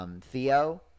Theo